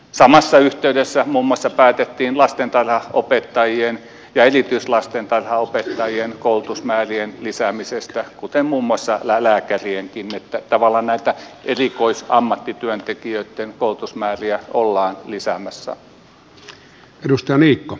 samassa yh teydessä muun muassa päätettiin lastentarhanopettajien ja erityislastentarhanopettajien koulutusmäärien lisäämisestä kuten muun muassa lääkärienkin niin että tavallaan näitä erikoisammattityöntekijöitten koulutusmääriä ollaan lisäämässä